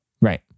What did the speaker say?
Right